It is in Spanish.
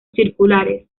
circulares